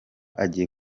agiye